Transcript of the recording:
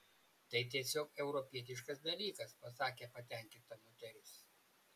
tai tiesiog europietiškas dalykas pasakė patenkinta moteris